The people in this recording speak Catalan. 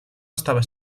estava